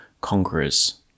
conquerors